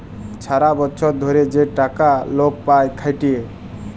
ছারা বচ্ছর ধ্যইরে যে টাকা লক পায় খ্যাইটে